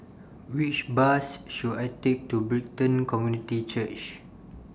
Which Bus should I Take to Brighton Community Church